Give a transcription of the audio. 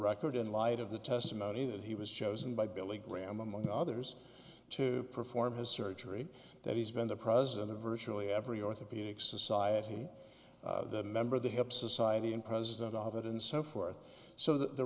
record in light of the testimony that he was chosen by billy graham among others to perform his surgery that he's been the president of virtually every orthopedic society member of the hip society and president of it and so forth so th